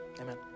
Amen